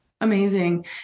amazing